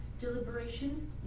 deliberation